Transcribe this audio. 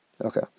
Okay